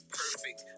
perfect